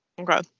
Okay